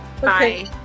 bye